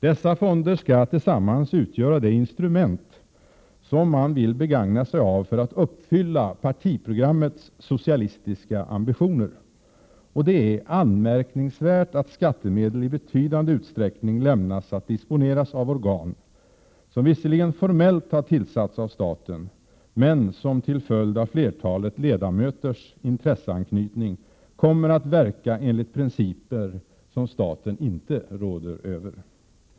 Dessa fonder skall tillsammans utgöra det instrument som man vill begagna sig av för att uppfylla partiprogrammets socialistiska ambitioner. Det är anmärkningsvärt att skattemedel i betydande utsträckning lämnas att disponeras av organ som visserligen formellt har tillsatts av staten men som till följd av flertalet ledamöters intresseanknytning kommer att verka enligt principer som staten inte råder över.